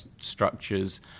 structures